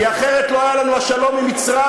כי אחרת לא היה לנו השלום עם מצרים,